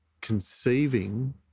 conceiving